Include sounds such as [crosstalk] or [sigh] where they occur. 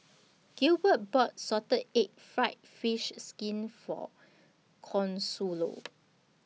Gilbert bought Salted Egg Fried Fish Skin For Consuelo [noise]